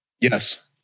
Yes